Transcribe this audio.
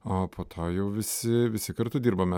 o po to jau visi visi kartu dirbame